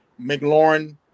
McLaurin